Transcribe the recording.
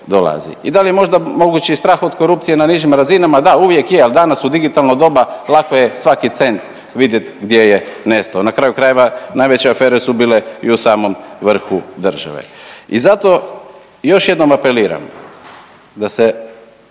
I da li je možda mogući i strah od korupcije na nižim razinama, da, uvijek je, ali danas u digitalno doba, lako je svaki cent vidjeti gdje je nestao, na kraju krajeva, najveće afere su bile i u samom vrhu države i zato još jednom apeliram da se